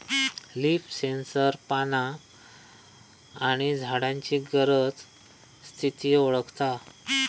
leaf sensor पाना आणि झाडांची गरज, स्थिती वळखता